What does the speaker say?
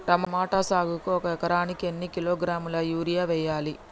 Tomato సాగుకు ఒక ఎకరానికి ఎన్ని కిలోగ్రాముల యూరియా వెయ్యాలి?